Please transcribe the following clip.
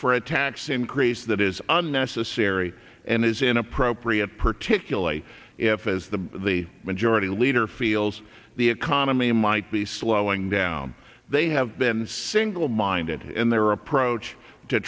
for a tax increase that is unnecessary and is inappropriate particularly if as the the majority leader feels the economy might be slowing down they have been single minded in their approach to